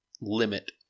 limit